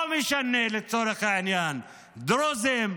לא משנה לצורך העניין דרוזים,